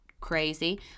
crazy